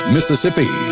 Mississippi